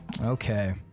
Okay